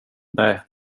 nej